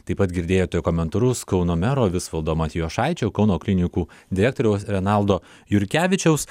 taip pat girdėjote komentarus kauno mero visvaldo matijošaičio kauno klinikų direktoriaus renaldo jurkevičiaus